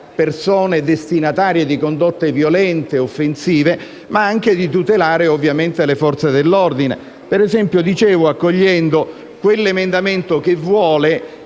persone destinatarie di condotte violente e offensive, ma anche ovviamente le Forze dell'ordine, per esempio accogliendo quell'emendamento che vuole